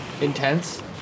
intense